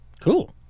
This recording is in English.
Cool